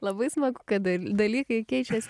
labai smagu kad dal dalykai keičias